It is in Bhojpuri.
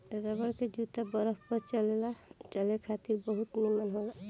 रबर के जूता बरफ पर चले खातिर बहुत निमन होला